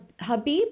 Habib